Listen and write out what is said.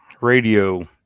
radio